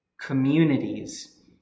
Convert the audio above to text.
communities